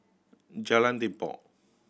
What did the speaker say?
Jalan Tepong